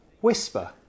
whisper